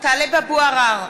טלב אבו עראר,